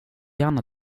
gärna